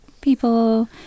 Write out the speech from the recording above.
people